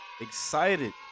excited